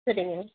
சரிங்க